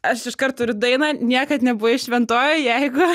aš iškar turiu dainą niekad nebuvai šventojoj jeigu